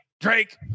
Drake